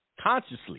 consciously